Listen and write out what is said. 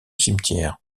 cimetière